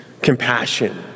compassion